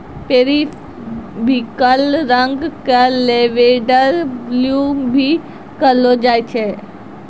periwinkle रंग क lavender blue भी कहलो जाय छै